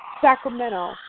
sacramento